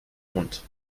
mund